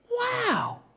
Wow